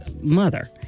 mother